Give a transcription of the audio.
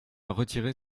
retirer